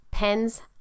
Pens